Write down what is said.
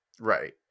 Right